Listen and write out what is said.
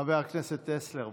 חבר הכנסת טסלר,